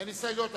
אין הסתייגויות.